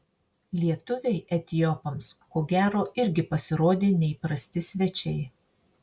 lietuviai etiopams ko gero irgi pasirodė neįprasti svečiai